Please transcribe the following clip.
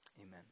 Amen